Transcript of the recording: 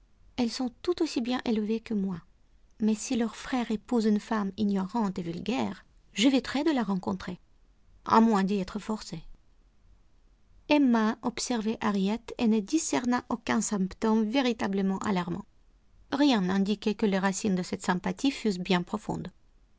elles sont tout aussi bien élevées que moi mais si leur frère épouse une femme ignorante et vulgaire j'éviterai de la rencontrer à moins d'y être forcée emma observait harriet et ne discerna aucun symptôme véritablement alarmant rien n'indiquait que les racines de cette sympathie fussent bien profondes